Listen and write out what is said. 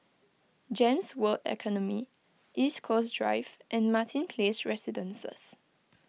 Gems World Academy East Coast Drive and Martin Place Residences